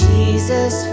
Jesus